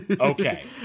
Okay